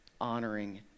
honoring